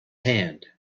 hand